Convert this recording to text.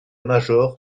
major